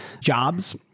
jobs